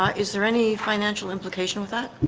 ah is there any financial implication with that?